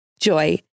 Joy